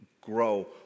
grow